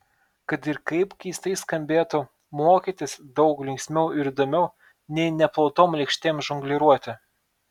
kad ir kaip keistai skambėtų mokytis daug linksmiau ir įdomiau nei neplautom lėkštėm žongliruoti